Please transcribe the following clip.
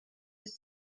its